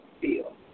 feel